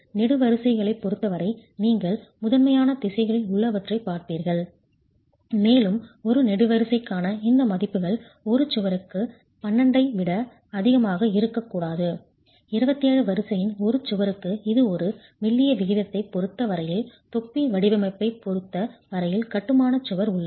நெடுவரிசைகளைப் பொறுத்த வரை நீங்கள் முதன்மையான திசைகளில் உள்ளவற்றைப் பார்ப்பீர்கள் மேலும் ஒரு நெடுவரிசைக்கான இந்த மதிப்புகள் ஒரு சுவருக்கு 12 ஐ விட அதிகமாக இருக்கக்கூடாது 27 வரிசையின் ஒரு சுவருக்கு இது ஒரு மெல்லிய விகிதத்தைப் பொறுத்த வரையில் தொப்பி வடிவமைப்பைப் பொறுத்த வரையில் கட்டுமானச் சுவர் உள்ளது